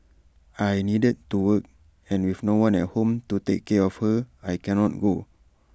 I needed to work and with no one at home to take care of her I can not go